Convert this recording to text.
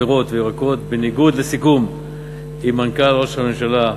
לפירות וירקות בניגוד לסיכום עם מנכ"ל משרד ראש הממשלה,